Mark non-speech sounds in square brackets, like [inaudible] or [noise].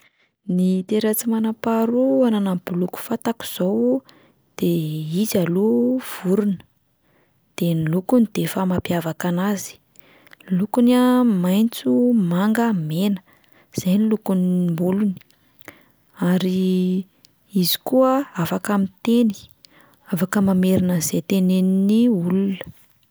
Ny toetra tsy manam-paharoa ananan'ny boloky fantako izao de izy aloha vorona, de ny lokony de efa mampiavaka anazy, ny lokony a maitso, manga, mena, zay no lokom- [hesitation] bolony ary izy koa afaka miteny, afaka mamerina izay tenenin'ny olona.